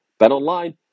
BetOnline